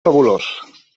fabulós